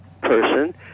person